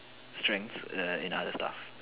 strengths ya and in other stuff